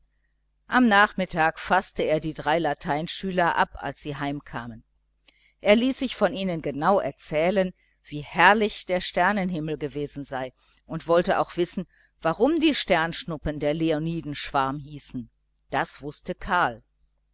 am nachmittag faßte er die drei lateinschüler ab als sie heimkamen er ließ sich von ihnen genau erzählen wie herrlich der sternenhimmel gewesen sei und wollte auch wissen warum die sternschnuppen der leonidenschwarm hießen das wußte karl